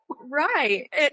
Right